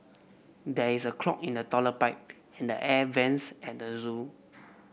there is a clog in the toilet pipe and the air vents at the zoo